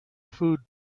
food